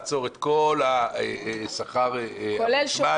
שמדברת על הורדה של 250 או 300 שקל לכל אחד מ-86 חברי כנסת,